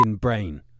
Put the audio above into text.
brain